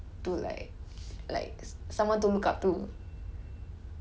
oh so 你没有 like any role model or anyone to like